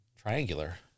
triangular